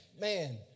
Man